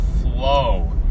flow